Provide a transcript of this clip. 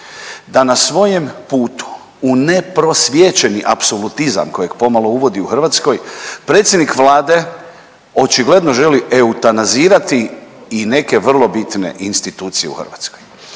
da na svojem putu u neprosvijećeni apsolutizam kojeg pomalo uvodi u Hrvatskoj predsjednik Vlade očigledno želi eutanazirati i neke vrlo bitne institucije u Hrvatskoj.